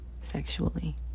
sexually